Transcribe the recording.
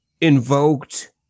invoked